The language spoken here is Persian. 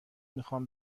میخام